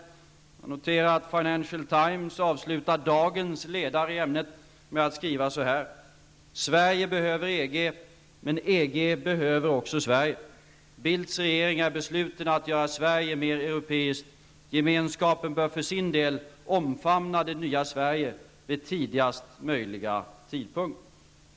Jag noterar att Financial Times avslutar dagens ledare i ämnet med att skriva på följande sätt: Sverige behöver EG, men EG behöver också Sverige. Bildts regering är besluten att göra Sverige mer europeiskt. Gemenskapen bör för sin del omfamna det nya Sverige vid tidigast möjliga tidpunkt.